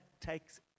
takes